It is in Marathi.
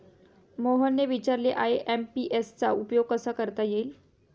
मोहनने विचारले आय.एम.पी.एस चा उपयोग कसा करता येईल?